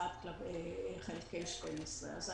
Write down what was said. אחד חלקי 12. אני